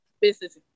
business